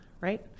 right